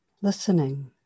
Listening